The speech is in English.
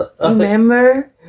remember